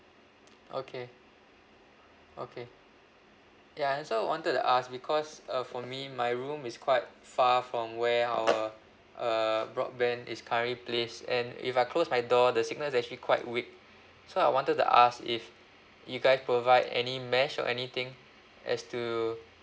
okay okay ya and so wanted to ask because uh for me my room is quite far from where our uh broadband is currently placed and if I close my door the signals actually quite weak so I wanted to ask if you guys provide any mesh or anything as to